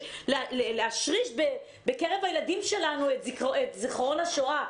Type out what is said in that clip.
להשריש בקרב הילדים שלנו את זיכרון השואה.